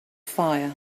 fire